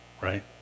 right